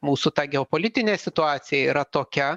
mūsų ta geopolitinė situacija yra tokia